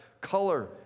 color